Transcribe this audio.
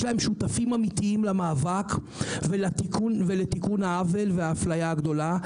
להם שותפים אמיתיים למאבק ולתיקון העוול והאפליה הגדולה,